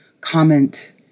comment